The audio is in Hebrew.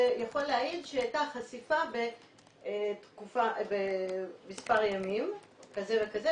זה יכול להעיד שהייתה חשיפה במספר ימים כזה וכזה,